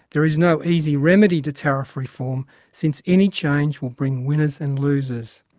there is no easy remedy to tariff reform since any change will bring winners and losers.